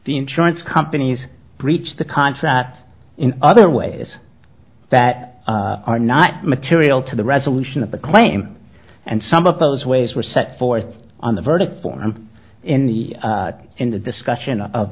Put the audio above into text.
the insurance companies breach the contract in other ways that are not material to the resolution of the claim and some of those ways were set forth on the verdict form in the in the discussion of